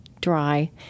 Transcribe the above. dry